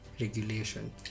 regulation